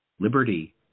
liberty